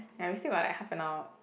ya we still got like half an hour